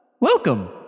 welcome